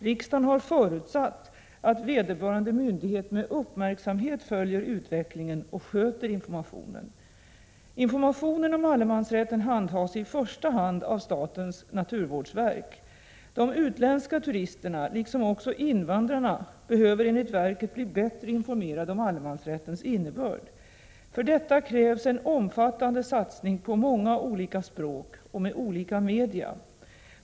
Riksdagen har förutsatt att vederbörande myndigheter med uppmärksamhet följer utvecklingen och sköter informationen. Informationen om allemansrätten handhas i första hand av statens naturvårdsverk. De utländska turisterna liksom också invandrarna behöver enligt verket bli bättre informerade om allemansrättens innebörd. För detta krävs en omfattande satsning på många olika språk och med olika media.